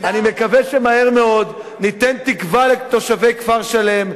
אני מקווה שמהר מאוד ניתן תקווה לתושבי כפר-שלם.